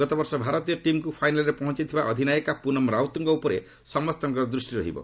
ଗତବର୍ଷ ଭାରତୀୟ ଟିମ୍କୁ ଫାଇନାଲ୍ରେ ପହଞ୍ଚାଇଥିବା ଅଧିନାୟିକା ପୁନମ୍ ରାଉତ୍ଙ୍କ ଉପରେ ସମସ୍ତଙ୍କର ଦୃଷ୍ଟି ରହିବ